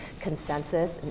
consensus